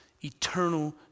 Eternal